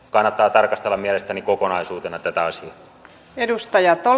kannattaa tarkastella mielestäni kokonaisuutena tätä isän edustaja paul